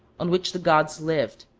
on which the gods lived.